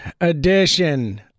edition